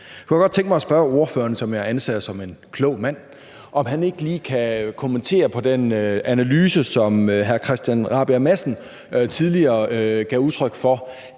Så kunne jeg godt tænke mig at spørge ordføreren, som jeg anser som en klog mand, om han ikke lige kan kommentere på den analyse, som hr. Christian Rabjerg Madsen tidligere kom med, hvor